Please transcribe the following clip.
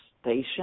station